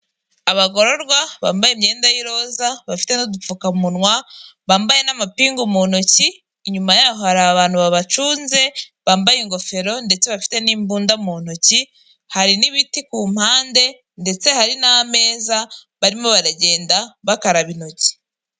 Abagororwa bambaye imyenda y'iroza, bafite n'udupfukamunwa, bambaye n'amapingu mu ntoki, inyuma yabo hari abantu babacunze bambaye ingofero ndetse bafite n'imbunda mu ntoki, hari n'ibiti ku mpande ndetse hari n'ameza barimo baragenda bakaraba intoki.